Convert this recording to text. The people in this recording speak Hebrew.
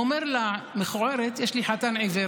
הוא אומר: למכוערת יש לי חתן עיוור